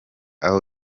naho